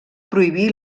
prohibir